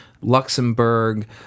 luxembourg